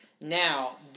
Now